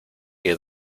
que